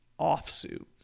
offsuit